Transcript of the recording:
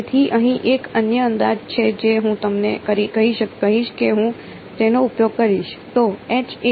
તેથી અહીં એક અન્ય અંદાજ છે જે હું તમને કહીશ કે હું તેનો ઉપયોગ કરીશ